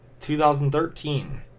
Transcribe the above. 2013